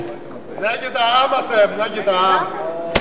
נגד העם אתם, נגד העם.